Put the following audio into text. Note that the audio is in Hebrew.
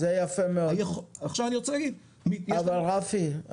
אבל אפי,